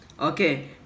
okay